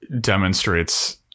demonstrates